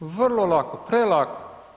Vrlo lako, prelako.